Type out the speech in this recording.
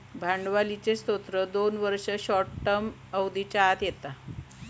भांडवलीचे स्त्रोत दोन वर्ष, शॉर्ट टर्म अवधीच्या आत येता